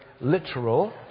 literal